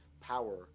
power